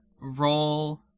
roll